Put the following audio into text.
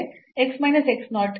x minus x 0